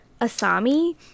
Asami